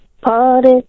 Party